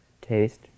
taste